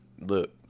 Look